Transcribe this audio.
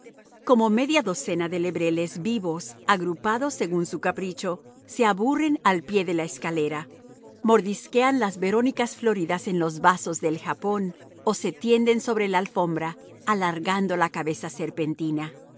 como media docena de lebreles vivos agrupados según su capricho se aburren al pie de la escalera mordisquean las verónicas floridas en los vasos del japón o se tienden sobre la alfombra alargando la cabeza serpentina